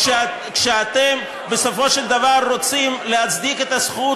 כשאתם בסופו של דבר רוצים להצדיק את הזכות